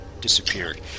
disappeared